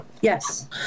Yes